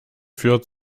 führt